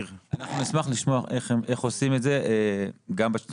נשמח לשמוע איך עושים את זה גם בשלטון